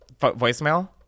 voicemail